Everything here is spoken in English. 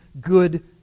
good